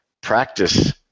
practice